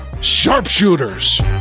Sharpshooters